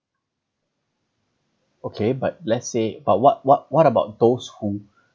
okay but let's say but what what what about those who